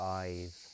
eyes